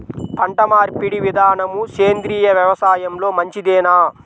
పంటమార్పిడి విధానము సేంద్రియ వ్యవసాయంలో మంచిదేనా?